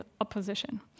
opposition